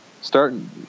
Starting